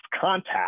contact